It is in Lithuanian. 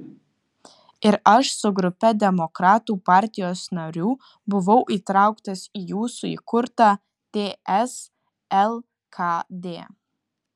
ir aš su grupe demokratų partijos narių buvau įtrauktas į jūsų įkurtą ts lkd